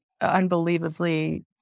unbelievably